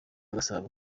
gasabo